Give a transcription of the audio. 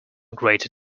greater